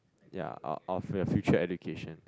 ya of of your future education